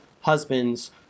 husband's